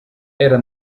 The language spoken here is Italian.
era